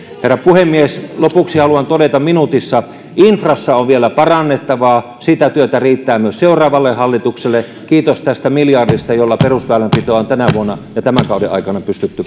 herra puhemies lopuksi haluan todeta minuutissa infrassa on vielä parannettavaa sitä työtä riittää myös seuraavalle hallitukselle kiitos tästä miljardista jolla perusväylänpitoa on tänä vuonna ja tämän kauden aikana pystytty